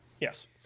Yes